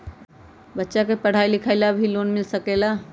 बच्चा के पढ़ाई लिखाई ला भी लोन मिल सकेला?